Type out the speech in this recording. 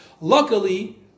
Luckily